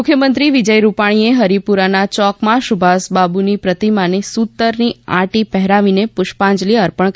મુખ્યમંત્રી વિજય રૂપાણીએ હરિપુરાના ચોકમાં સુભાષબાબુની પ્રતિમાને સૂતરની આંટી પહેરાવી પુષ્પાંજલી અર્પણ કરી હતી